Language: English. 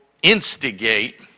Instigate